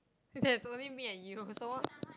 it's only me and you so